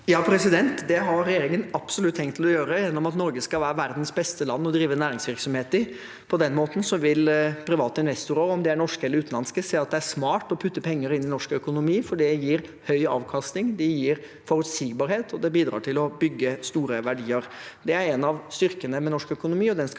Det har regjeringen absolutt tenkt å gjøre gjennom at Norge skal være verdens beste land å drive næringsvirksomhet i. På den måten vil private investorer, om de er norske eller utenlandske, se at det er smart å putte penger inn i norsk økonomi, for det gir høy avkastning, det gir forutsigbarhet, og det bidrar til å bygge store verdier. Det er en av styrkene med norsk økonomi, og det skal